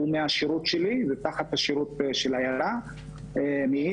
הוא מהשרות שלי, ותחת השרות של איילה מאיר